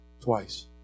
twice